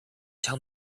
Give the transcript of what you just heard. tell